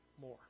more